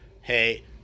Hey